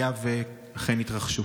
אם אכן התרחשו?